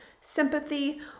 sympathy